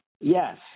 Yes